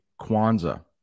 Kwanzaa